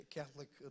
Catholic